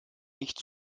nicht